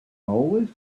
always